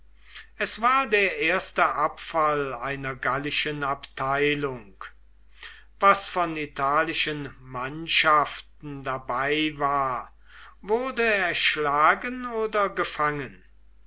es war der erste abfall einer gallischen abteilung was von italischen mannschaften dabei war wurde erschlagen oder gefangen